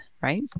right